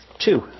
two